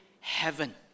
heaven